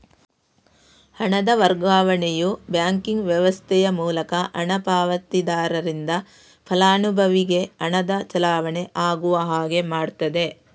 ಹಣದ ವರ್ಗಾವಣೆಯು ಬ್ಯಾಂಕಿಂಗ್ ವ್ಯವಸ್ಥೆಯ ಮೂಲಕ ಹಣ ಪಾವತಿದಾರರಿಂದ ಫಲಾನುಭವಿಗೆ ಹಣದ ಚಲಾವಣೆ ಆಗುವ ಹಾಗೆ ಮಾಡ್ತದೆ